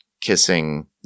kissing